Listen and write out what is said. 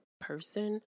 person